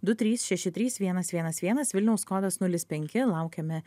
du trys šeši trys vienas vienas vienas vilniaus kodas nulis penki laukiame